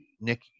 Nick